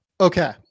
Okay